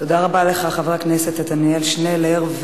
תודה רבה לך, חבר הכנסת עתניאל שנלר.